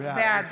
בעד